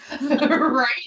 right